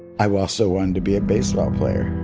i also wanted to be a baseball player